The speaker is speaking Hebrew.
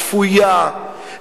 שפויה,